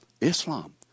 Islam